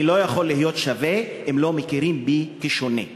אני לא יכול להיות שווה אם לא מכירים בי כשונה.